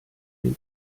den